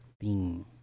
theme